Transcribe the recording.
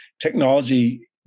technology